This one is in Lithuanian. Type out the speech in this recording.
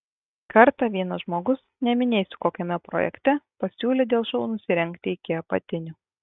kartą vienas žmogus neminėsiu kokiame projekte pasiūlė dėl šou nusirengti iki apatinių